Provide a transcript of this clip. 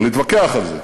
אפשר להתווכח על זה,